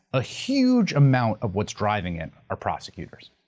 a huge amount of what's driving it are prosecutors.